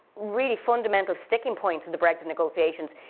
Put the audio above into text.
really fundamental sticking points of the brexit negotiations,